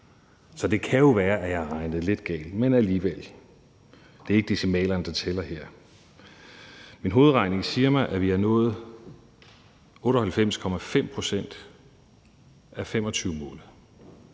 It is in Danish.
Så det kan jo være, at jeg har regnet lidt galt, men alligevel – det er ikke decimalerne, der tæller her – vil jeg sige: Min hovedregning siger mig, at vi har nået 98,5 pct. af 2025-målet.